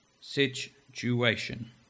situation